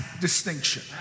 distinction